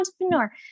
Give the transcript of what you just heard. entrepreneur